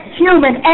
human